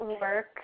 work